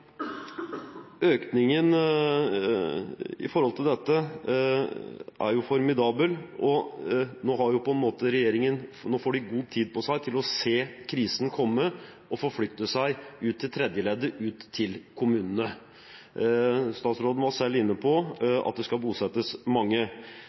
Økningen i forhold til dette er formidabel, og regjeringen får nå god tid på seg til å se krisen komme og forflytte seg ut til tredjeleddet, ut til kommunene. Statsråden var selv inne på at det skal bosettes mange.